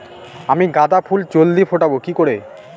আমি গাঁদা ফুল জলদি ফোটাবো কি করে?